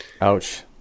Ouch